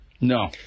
No